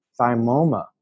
thymoma